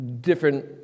different